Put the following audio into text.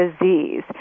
disease